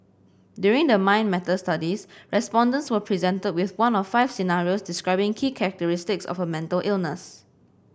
during the Mind Matters studies respondents were presented with one of five scenarios describing key characteristics of a mental illness